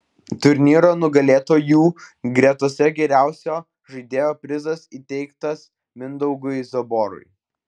turnyro nugalėtojų gretose geriausio žaidėjo prizas įteiktas mindaugui zaborui